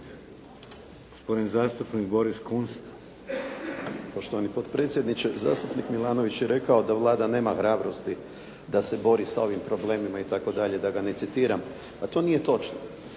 **Kunst, Boris (HDZ)** Poštovani potpredsjedniče. Zastupnik Milanović je rekao da Vlada nema hrabrosti da se bori sa ovim problemima itd. da ga ne citiram. To nije točno.